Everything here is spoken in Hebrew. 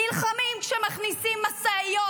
נלחמים כשמכניסים משאיות,